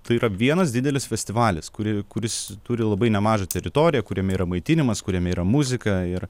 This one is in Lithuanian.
tai yra vienas didelis festivalis kuri kuris turi labai nemažą teritoriją kuriame yra maitinimas kuriame yra muzika ir